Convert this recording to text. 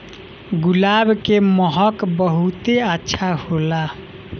गुलाब के महक बहुते अच्छा होला